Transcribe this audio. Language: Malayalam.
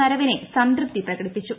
നരവനെ സംതൃപ്തി പ്രകടിപ്പിച്ചു